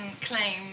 claim